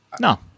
No